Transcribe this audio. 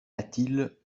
latil